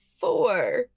four